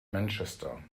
manchester